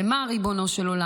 למה, ריבונו של עולם?